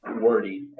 wordy